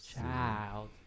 child